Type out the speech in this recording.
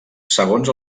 segons